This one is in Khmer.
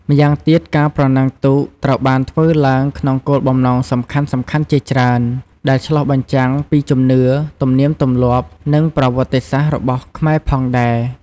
ម្យ៉ាងទៀតការប្រណាំងទូកត្រូវបានធ្វើឡើងក្នុងគោលបំណងសំខាន់ៗជាច្រើន ដែលឆ្លុះបញ្ចាំងពីជំនឿ ទំនៀមទម្លាប់ និងប្រវត្តិសាស្ត្ររបស់ខ្មែរផងដែរ។